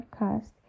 podcast